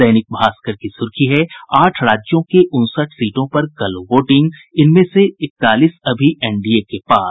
दैनिक भास्कर की सुर्खी है आठ राज्यों के उनसठ सीटों पर कल वोटिंग इनमें से इकतालीस अभी एनडीए के पास